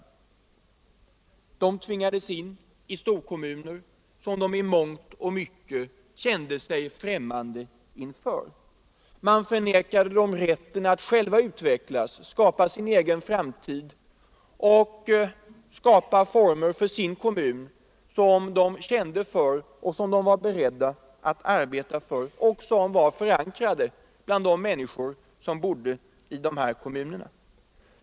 Människorna tvingades in i storkommuner som de i mångt och mycket kände sig främmande inför. Man förnekade dem rätten att själva utvecklas, skapa sin egen framtid och för sina egna kommuner skapa former som de kände för, som de var beredda att arbeta för och som var förankrade bland de människor som bodde i dessa kommuner.